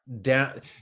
down